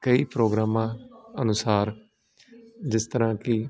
ਕਈ ਪ੍ਰੋਗਰਾਮਾਂ ਅਨੁਸਾਰ ਜਿਸ ਤਰ੍ਹਾਂ ਕਿ